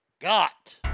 got